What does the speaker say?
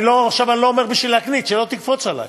עכשיו, אני לא אומר בשביל להקניט, שלא תקפוץ עלי,